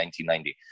1990